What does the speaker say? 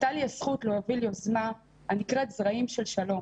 הייתה לי הזכות להוביל יוזמה הנקראת "זרעים של שלום".